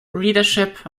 readership